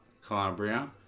Calabria